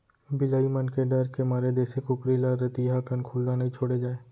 बिलाई मन के डर के मारे देसी कुकरी ल रतिहा कन खुल्ला नइ छोड़े जाए